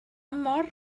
mor